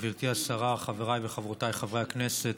גברתי השרה, חבריי וחברותיי חברי הכנסת,